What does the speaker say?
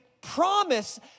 promise